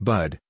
Bud